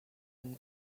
and